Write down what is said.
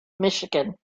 michigan